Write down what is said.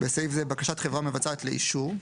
(בסעיף זה, בקשת חברה מבצעת לאישור),